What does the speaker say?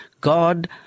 God